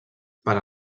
per